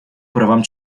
правам